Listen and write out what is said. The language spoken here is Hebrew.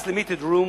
thus limiting room